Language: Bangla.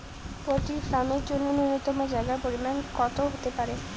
পোল্ট্রি ফার্ম এর জন্য নূন্যতম জায়গার পরিমাপ কত হতে পারে?